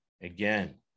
again